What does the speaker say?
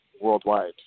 worldwide